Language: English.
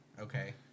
Okay